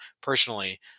personally